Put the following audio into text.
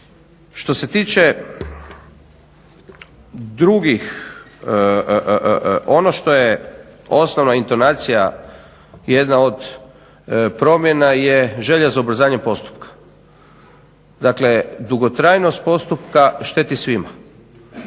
Što se tiče drugih, ono što je osnovna intonacija, jedna od promjena je želja za ubrzanjem postupka. Dakle, dugotrajnost postupka šteti svima.